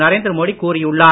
நரேந்திர மோடி கூறியுள்ளார்